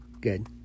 good